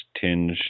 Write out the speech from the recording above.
tinged